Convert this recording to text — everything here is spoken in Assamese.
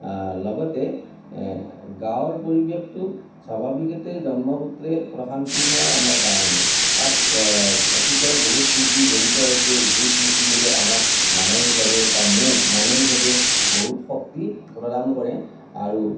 লগতে গাঁৱৰ পৰিৱেশটো স্বাভাৱিকতে জন্মসূত্ৰে প্ৰশান্তিময় আমাৰ কাৰণে তাত অতীতৰ বহুত স্মৃতি জড়িত হৈছে যি স্মৃতিবোৰে আমাক মানসিকভাৱে বা মোক মানসিকভাৱে বহুত শক্তি প্ৰদান কৰে আৰু